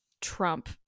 Trump